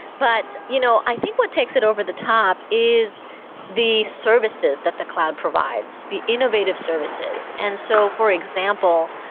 but you know i think what takes it over the top is the services that the cloud provides, the innovative services. and so, for example,